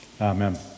Amen